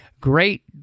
great